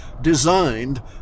designed